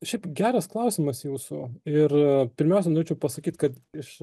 šiaip geras klausimas jūsų ir pirmiausia norėčiau pasakyt kad iš